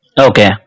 Okay